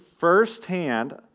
Firsthand